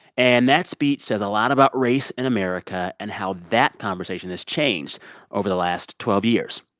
and that speech says a lot about race in america and how that conversation has changed over the last twelve years